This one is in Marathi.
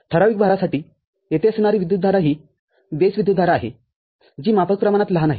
ठराविक भारासाठीयेथे असणारी विद्युतधारा ही बेसविद्युतधारा आहे जी माफक प्रमाणात लहान आहे